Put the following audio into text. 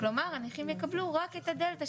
כלומר הנכים יקבלו רק את הדלתא,